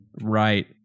Right